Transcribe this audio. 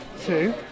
two